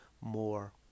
more